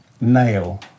nail